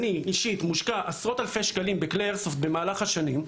אני אישית מושקע בעשרות אלפי שקלים בכלי איירסופט במהלך השנים,